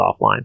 offline